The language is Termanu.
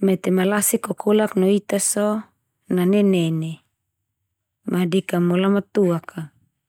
mete ma Lasik kokolak no ita so, na nenene ma deka mo Lamatuak a.